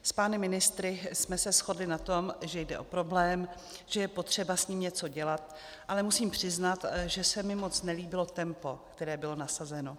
S pány ministry jsme se shodli na tom, že jde o problém, že je potřeba s ním něco dělat, ale musím přiznat, že se mi moc nelíbilo tempo, které bylo nasazeno.